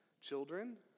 children